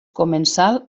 comensal